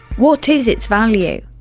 what is its value?